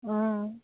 অঁ